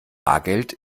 bargeld